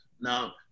Now